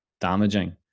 damaging